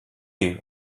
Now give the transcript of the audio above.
you